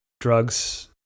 drugs